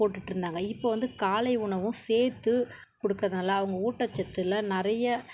போட்டுட்டு இருந்தாங்க இப்போ வந்து காலை உணவும் சேர்த்து கொடுக்கறதுனால அவங்க ஊட்டச்சத்தில் நிறைய